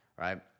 Right